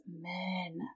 men